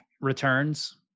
returns